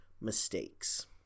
mistakes